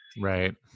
right